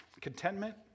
contentment